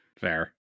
Fair